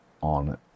on